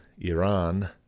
Iran